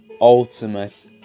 ultimate